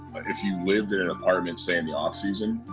if you lived in an apartment, say, in the off-season,